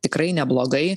tikrai neblogai